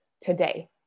today